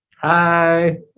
Hi